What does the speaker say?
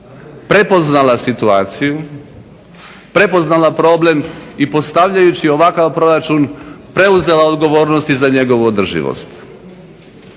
prepoznala situaciju, prepoznala problem i postavljajući ovakav proračun preuzela odgovornost i za njegovu održivost.